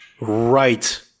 Right